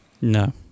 No